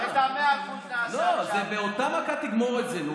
את ה-100% נעשה עכשיו, לא, באותה מכה תגמור את זה.